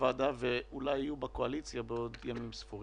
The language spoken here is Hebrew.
שבועות אגורה אחת מ-200 מיליון השקלים